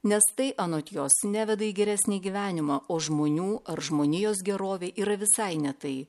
nes tai anot jos neveda į geresnį gyvenimą o žmonių ar žmonijos gerovė yra visai ne tai